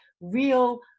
real